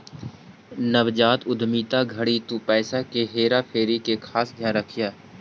नवजात उद्यमिता घड़ी तु पईसा के हेरा फेरी के खास ध्यान रखीह